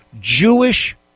Jewish